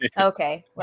okay